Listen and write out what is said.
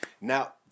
Now